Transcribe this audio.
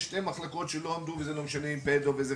יש שתי מחלקות שלא עמדו וזה לא משנה אם זה כירורגיה,